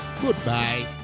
Goodbye